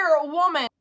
woman